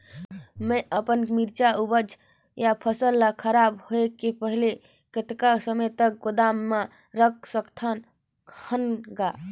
मैं अपन मिरचा ऊपज या फसल ला खराब होय के पहेली कतका समय तक गोदाम म रख सकथ हान ग?